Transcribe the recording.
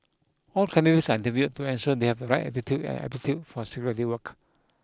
all candidates are interviewed to ensure they have right attitude and aptitude for security work